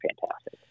fantastic